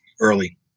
early